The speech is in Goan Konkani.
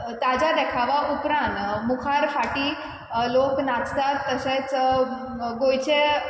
ताच्या देखाव्या उपरांत मुखार फाटीं लोक नाचतात तशेंच गोंयचे